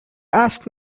ask